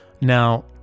now